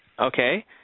Okay